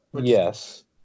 Yes